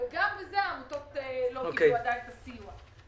גם בזה העמותות לא קיבלו עדיין את הסיוע.